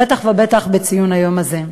בטח ובטח בציון היום הזה.